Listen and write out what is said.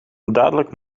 dadelijk